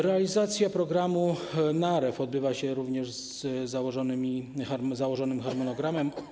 Realizacja programu ˝Narew˝ odbywa się również zgodnie z założonym harmonogramem.